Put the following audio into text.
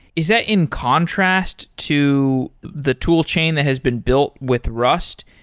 is that in contrast to the tool chain that has been built with rust?